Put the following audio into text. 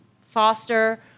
foster